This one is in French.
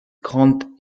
grant